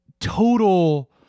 total